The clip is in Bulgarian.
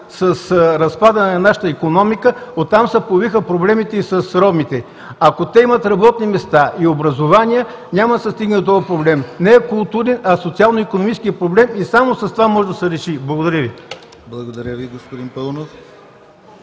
с разпадане на нашата икономика, оттам се появиха проблемите с ромите. Ако те имат работни места и образование, няма да се стигне до този проблем. Не е културен, а социално-икономически проблем, и само с това може да се реши. Благодаря Ви. ПРЕДСЕДАТЕЛ ДИМИТЪР